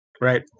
right